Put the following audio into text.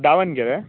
Davanagere